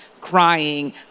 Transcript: crying